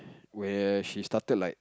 where she started like